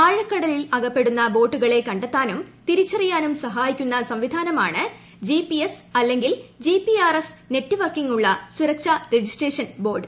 ആഴക്കടലിൽ അകപ്പെടുന്ന ബോട്ടുകളെ കണ്ടെത്താനും തിരിച്ചറിയാനും സഹായിക്കുന്ന സംവിധാനമാണ് ജിപിഎസ് അല്ലെങ്കിൽ ജിപിആർഎസ് നെറ്റ് വർക്കിംഗുള്ള സുരക്ഷാ രജിസ്ട്രേഷൻ ബോർഡ്